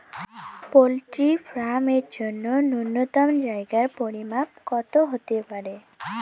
Poultry farm এর জন্য নূন্যতম জায়গার পরিমাপ কত হতে পারে?